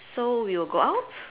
so we will go out